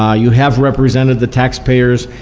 ah you have represented the taxpayers.